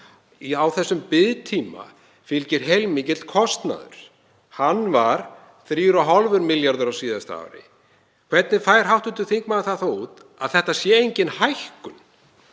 Þessum biðtíma fylgir heilmikill kostnaður. Hann var 3,5 milljarðar á síðasta ári. Hvernig fær hv. þingmaður það þá út að þetta sé engin hækkun